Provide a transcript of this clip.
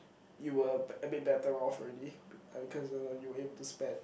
it will I mean better off already because you know you were able to spend